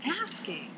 asking